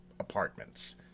apartments